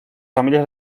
familia